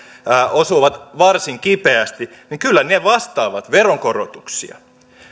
osuvat varsin kipeästi vastaavat veronkorotuksia